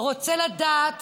רוצה לדעת